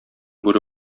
бүре